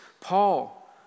Paul